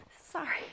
Sorry